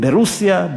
ברוסיה,